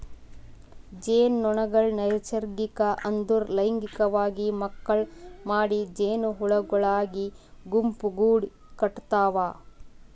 ಜೇನುನೊಣಗೊಳ್ ನೈಸರ್ಗಿಕ ಅಂದುರ್ ಲೈಂಗಿಕವಾಗಿ ಮಕ್ಕುಳ್ ಮಾಡಿ ಜೇನುಹುಳಗೊಳಾಗಿ ಗುಂಪುಗೂಡ್ ಕಟತಾವ್